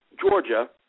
Georgia